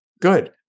Good